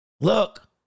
look